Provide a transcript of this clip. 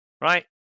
right